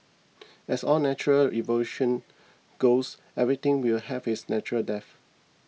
as all natural evolution goes everything will have its natural death